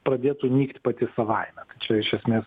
pradėtų nykt pati savaime tai čia iš esmės